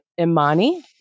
Imani